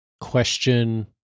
question